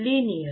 linear